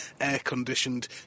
air-conditioned